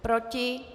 Proti?